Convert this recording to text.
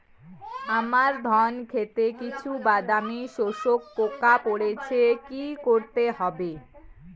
আমার ধন খেতে কিছু বাদামী শোষক পোকা পড়েছে কি করতে হবে?